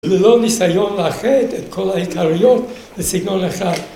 ‫ולא ניסיון לאחד את כל העיקריות ‫לסגנון אחד.